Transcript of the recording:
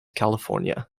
california